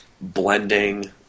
blending